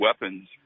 weapons